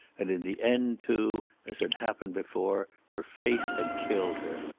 and in the end, too, as had happened before, her faith had killed her.